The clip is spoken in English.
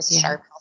sharp